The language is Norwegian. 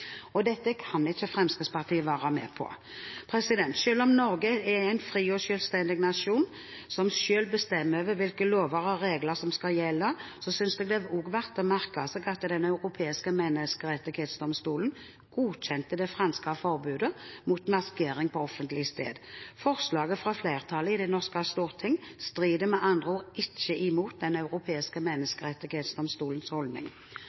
muslimer. Dette kan ikke Fremskrittspartiet være med på. Selv om Norge er en fri og selvstendig nasjon, som selv bestemmer hvilke lover og regler som skal gjelde, synes jeg det er verdt å merke seg at Den europeiske menneskerettighetsdomstolen godkjente det franske forbudet mot maskering på offentlig sted. Forslaget fra flertallet i det norske storting strider med andre ord ikke mot Den europeiske menneskerettighetsdomstolens holdning.